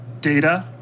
data